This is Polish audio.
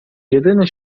jedyny